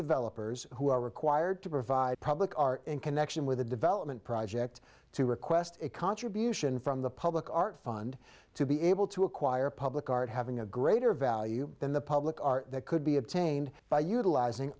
developers who are required to provide public art in connection with the development project to request a contribution from the public art fund to be able to acquire public art having a greater value than the public are that could be obtained by utilizing